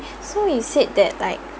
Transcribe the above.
so you said that like